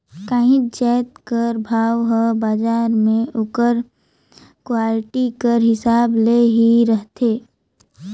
काहींच जाएत कर भाव हर बजार में ओकर क्वालिटी कर हिसाब ले ही रहथे